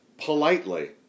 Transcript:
politely